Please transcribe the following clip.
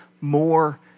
more